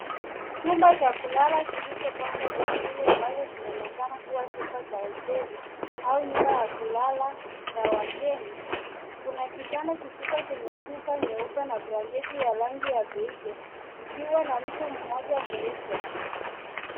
Chumba cha kulala kilichopangwa vizuri ambacho kinaonekana kuwa chumba cha hoteli aua chumba cha kulala cha wageni. Kuna kitanda kikubwa chenye shuka nyeupe na blanketi ya rangi ya beige kikiwa na mto mmoja mweupe.